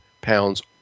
pounds